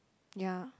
ya